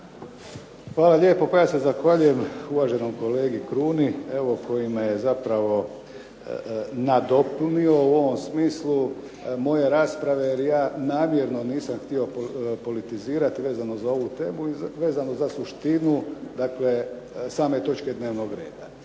Hvala lijepo. Pa ja se zahvaljujem uvaženom kolegi Kruni evo koji me je zapravo nadopunio u ovom smislu moje rasprave, jer ja namjerno nisam htio politizirati vezano za ovu temu i vezano za suštinu dakle same točke dnevnog reda.